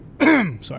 sorry